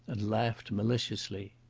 and laughed maliciously.